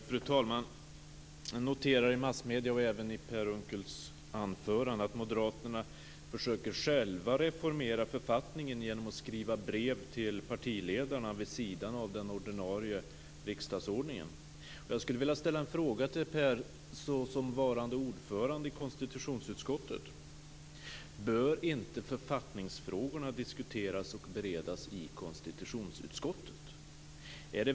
Fru talman! Jag noterar i massmedierna och i Per Unckels anförande att Moderaterna själva försöker reformera författningen vid sidan av den ordinarie riksdagsordningen genom att skriva brev till partiledarna. Jag skulle vilja ställa en fråga till Per Unckel såsom varande ordförande i konstitutionsutskottet. Bör inte författningsfrågorna diskuteras och beredas i konstitutionsutskottet?